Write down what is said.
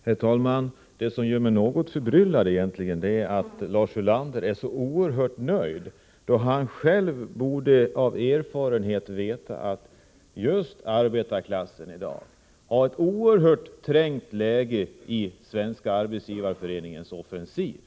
Herr talman! Det som egentligen gör mig något förbryllad är att Lars Ulander är så oerhört nöjd, då han själv av erfarenhet borde veta att just arbetarklassen i dag befinner sig i ett oerhört trängt läge med tanke på Svenska arbetsgivareföreningens offensiv.